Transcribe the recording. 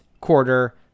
quarter